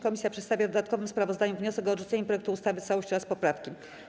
Komisja przedstawia w dodatkowym sprawozdaniu wniosek o odrzucenie projektu ustawy w całości oraz poprawki.